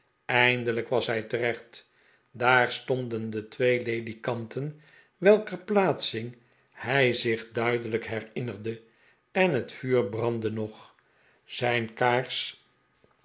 eindelijk was hij terecht daar stonden de twee ledikanten welker plaatsing hij zich duidelijk herinnerde en het vuur brandde nog zijn kaars